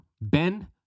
Ben